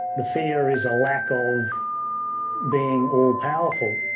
the fear is a lack of being all powerful,